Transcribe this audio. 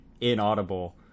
inaudible